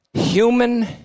Human